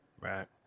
Right